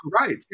right